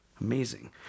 Amazing